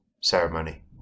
ceremony